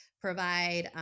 provide